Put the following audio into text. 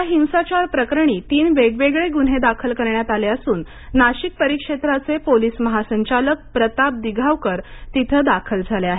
या हिंसाचार प्रकरणी तीन वेगवेगळे गुन्हे दाखल करण्यात आले असून नाशिक परिक्षेत्राचे पोलिस महासंचालक प्रताप दिघावकर इथं दाखल झाले आहेत